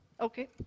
Okay